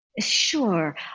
Sure